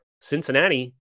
Cincinnati